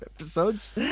episodes